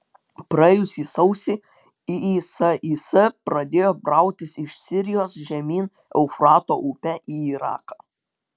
praėjusį sausį isis pradėjo brautis iš sirijos žemyn eufrato upe į iraką